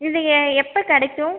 இது எ எப்போ கிடைக்கும்